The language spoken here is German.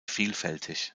vielfältig